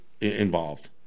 involved